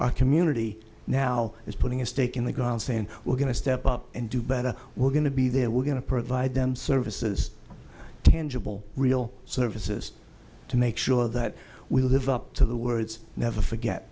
our community now is putting a stake in the ground saying we're going to step up and do better we're going to be there we're going to provide them services tangible real services to make sure that we live up to the words never forget